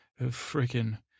freaking